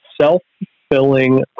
self-filling